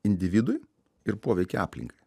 individui ir poveikį aplinkai